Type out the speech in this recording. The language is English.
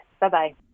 bye-bye